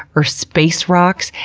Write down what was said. or space rocks.